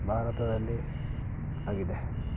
ಭಾರತದಲ್ಲಿ ಆಗಿದೆ